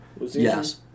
Yes